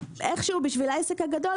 איכשהו בשביל העסק הגדול,